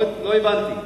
לא הבנתי.